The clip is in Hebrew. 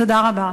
תודה רבה.